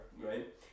right